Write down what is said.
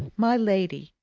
my lady,